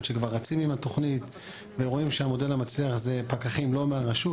שכבר רצים עם התוכנית ורואים שהמודל המצליח זה פקחים לא מהרשות.